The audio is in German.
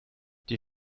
dir